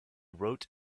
wrote